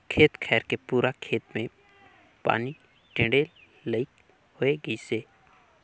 खेत खायर के पूरा खेत मे पानी टेंड़े लईक होए गइसे